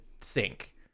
sink